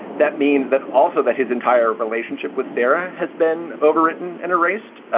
that means that also that his entire relationship with sarah has been overwritten and erased,